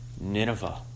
Nineveh